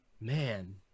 man